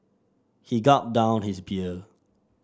he gulped down his beer